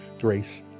grace